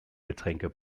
getränke